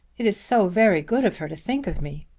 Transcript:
it is so very good of her to think of me.